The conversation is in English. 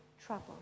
trouble